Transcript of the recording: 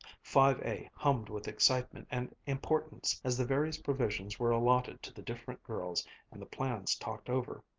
five a hummed with excitement and importance as the various provisions were allotted to the different girls and the plans talked over.